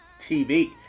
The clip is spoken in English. TV